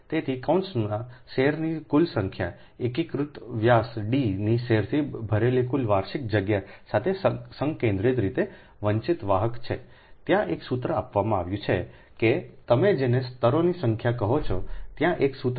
તેથી કૌંસના સેરની કુલ સંખ્યા એકીકૃત વ્યાસ D ના સેરથી ભરેલી કુલ વાર્ષિક જગ્યા સાથે સંકેન્દ્રિત રીતે વંચિત વાહક છે ત્યાં એક સૂત્ર આપવામાં આવ્યું છે કે તમે જેને સ્તરોની સંખ્યા કહો છો ત્યાં એક સૂત્ર S છે